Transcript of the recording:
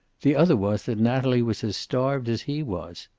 the other was that natalie was as starved as he was.